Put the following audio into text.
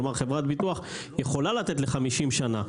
כלומר, חברת ביטוח יכולה לתת ל-50 שנה.